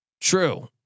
True